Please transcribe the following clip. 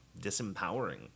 disempowering